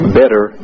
better